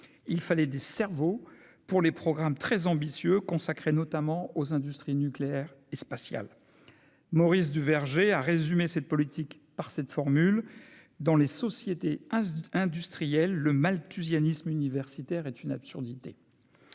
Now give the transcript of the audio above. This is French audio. il fallait des cerveaux pour les programmes très ambitieux, consacré notamment aux industries nucléaires et spatiales Maurice Duverger, a résumé cette politique par cette formule dans les sociétés industrielles le malthusianisme universitaire est une absurdité,